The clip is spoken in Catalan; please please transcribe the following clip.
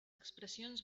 expressions